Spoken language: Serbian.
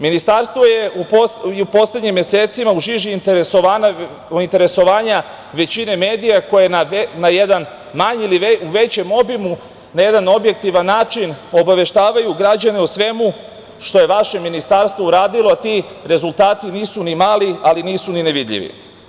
Ministarstvo je u poslednjim mesecima u žiži interesovanja većine medija koji u jednom manjem ili većem obimu na jedan objektivan način obaveštavaju građane o svemu što je vaše ministarstvo radilo, a ti rezultati nisu ni mali, ali nisu ni nevidljivi.